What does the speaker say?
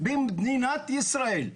במדינת ישראל,